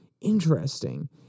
interesting